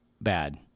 bad